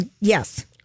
Yes